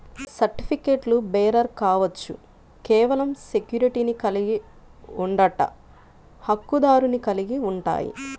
సర్టిఫికెట్లుబేరర్ కావచ్చు, కేవలం సెక్యూరిటీని కలిగి ఉండట, హక్కుదారుని కలిగి ఉంటాయి,